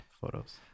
photos